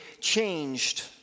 changed